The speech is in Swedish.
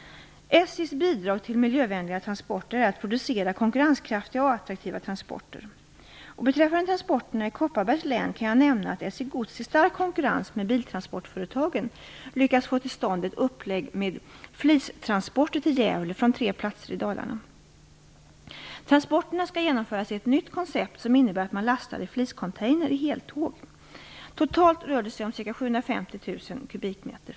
SJ:s bidrag till miljövänligare transporter är att producera konkurrenskraftiga och attraktiva transporter. Beträffande transporterna på Västerdalsbanan kan jag nämna att SJ Gods möter en stark konkurrens från biltransportföretagen.